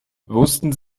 wussten